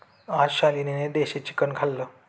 आज शालिनीने देशी चिकन खाल्लं